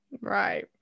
right